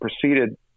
proceeded